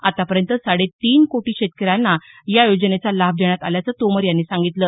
आतापर्यंत साडेतीन कोटी शेतकऱ्यांना या योजनेचा लाभ देण्यात आल्याचं तोमर यांनी सांगितलं